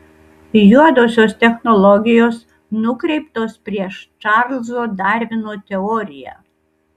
juodosios technologijos nukreiptos prieš čarlzo darvino teoriją